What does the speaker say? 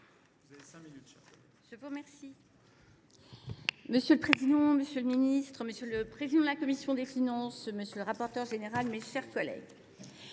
Je vous remercie.